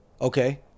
okay